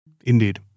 Indeed